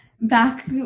back